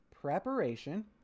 preparation